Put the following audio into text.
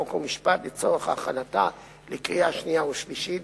חוק ומשפט לצורך הכנתה לקריאה שנייה ושלישית,